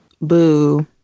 Boo